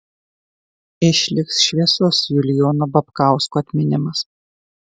išliks šviesus julijono babkausko atminimas